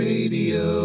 Radio